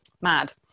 mad